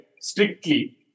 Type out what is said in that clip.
Strictly